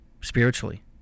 Spiritually